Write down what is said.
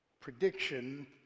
prediction